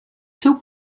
seu